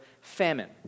famine